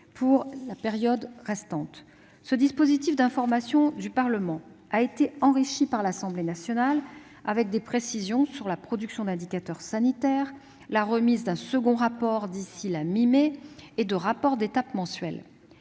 pour la période restante. Ce dispositif d'information du Parlement a été enrichi par l'Assemblée nationale, qui a apporté des précisions sur la production d'indicateurs sanitaires et la remise d'un second rapport d'ici la mi-mai et de rapports d'étape mensuels.